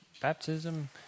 baptism